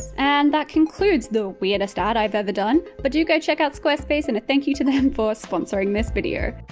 and that concludes the weirdest ad i've ever done, but do go check out squarespace and a thank you to them for sponsoring this video.